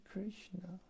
Krishna